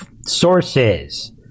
sources